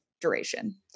duration